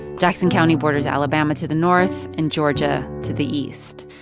jackson county borders alabama to the north and georgia to the east.